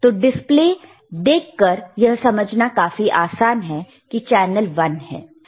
तो डिस्प्ले देख कर यह समझना काफी आसान है की चैनल 1 है